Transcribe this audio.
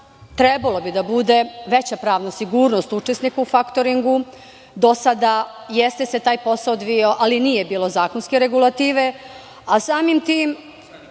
trebalo da bude veća pravna sigurnost učesnika u faktoringu. Do sada se jeste taj posao odvijao, ali nije bilo zakonske regulative. Samim tim,